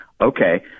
okay